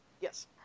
Yes